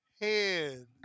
hand